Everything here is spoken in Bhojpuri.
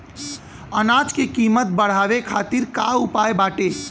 अनाज क कीमत बढ़ावे खातिर का उपाय बाटे?